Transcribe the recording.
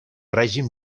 règim